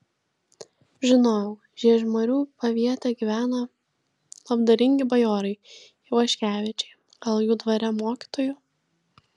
žinojau žiežmarių paviete gyvena labdaringi bajorai ivaškevičiai gal jų dvare mokytoju